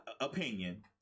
opinion